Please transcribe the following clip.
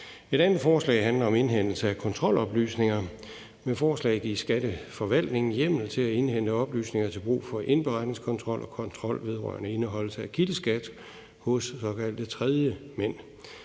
Det andet forslag handler om at indhente kontroloplysninger. Med forslaget gives skatteforvaltningen hjemmel til at indhente oplysninger til brug for indberetningskontroller og kontrol vedrørende indeholdelse af kildeskat hos såkaldte tredjemænd.